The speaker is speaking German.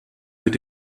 mit